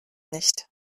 nicht